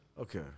Okay